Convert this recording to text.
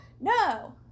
No